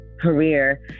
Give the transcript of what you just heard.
career